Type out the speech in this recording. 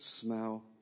smell